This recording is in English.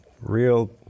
real